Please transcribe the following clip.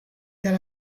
that